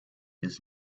his